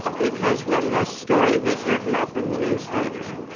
ah because when this story was written up in the newspaper,